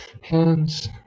hands